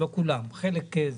לא כולן אלא חלק.